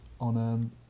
on